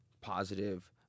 positive